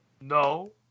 No